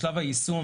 בשלב היישום.